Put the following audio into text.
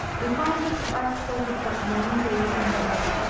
we find that the ark floated but nine days and nights.